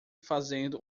fazendo